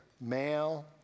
Male